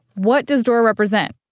what does dora represent?